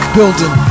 Building